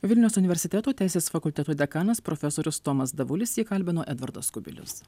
vilniaus universiteto teisės fakulteto dekanas profesorius tomas davulis jį kalbino edvardas kubilius